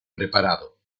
preparado